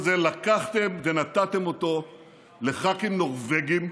לקחתם ונתתם אותו לח"כים נורבגים,